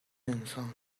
انسان